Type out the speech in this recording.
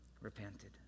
repented